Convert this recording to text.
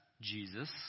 Jesus